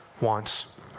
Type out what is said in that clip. wants